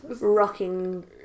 rocking